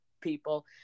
people